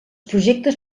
projectes